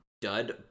dud